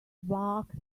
bucks